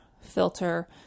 filter